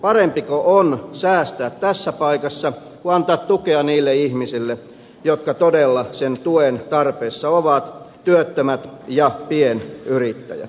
parempiko on säästää tässä paikassa kuin antaa tukea niille ihmisille jotka todella sen tuen tarpeessa ovat työttömät ja pienyrittäjät